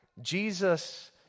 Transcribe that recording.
Jesus